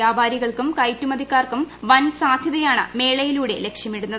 വ്യാപാരികൾക്കും കയറ്റുമതിക്കാർക്കും വൻ സാധ്യതയാണ് മേളയിലൂടെ സാധ്യമാകുന്നത്